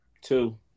Two